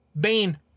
Bane